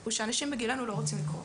הוא שאנשים בגילנו לא רוצים לקרוא.